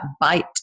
bite